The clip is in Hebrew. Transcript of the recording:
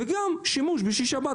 וגם שימוש בשישי-שבת,